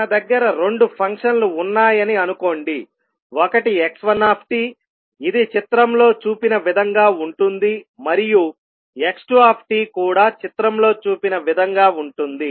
మన దగ్గర రెండు ఫంక్షన్లు ఉన్నాయని అనుకోండి ఒకటి x1 ఇది చిత్రంలో చూపిన విధంగా ఉంటుంది మరియు x2 కూడా చిత్రంలో చూపిన విధంగా ఉంటుంది